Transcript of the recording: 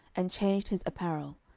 and changed his apparel,